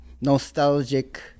nostalgic